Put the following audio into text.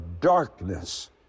darkness